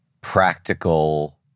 practical